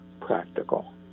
practical